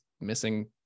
missing